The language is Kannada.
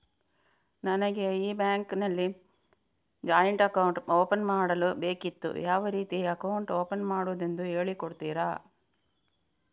ನನಗೆ ಈ ಬ್ಯಾಂಕ್ ಅಲ್ಲಿ ಜಾಯಿಂಟ್ ಅಕೌಂಟ್ ಓಪನ್ ಮಾಡಲು ಬೇಕಿತ್ತು, ಯಾವ ರೀತಿ ಅಕೌಂಟ್ ಓಪನ್ ಮಾಡುದೆಂದು ಹೇಳಿ ಕೊಡುತ್ತೀರಾ?